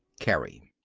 cary